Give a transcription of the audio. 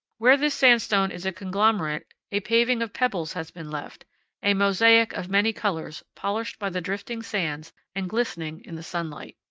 where this sandstone is a conglomerate, a paving of pebbles has been left a mosaic of many colors, polished by the drifting sands and glistening in the sunlight.